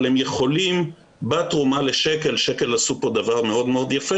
אבל הם יכולים בתרומה לשק"ל שק"ל עשו פה דבר מאוד מאוד יפה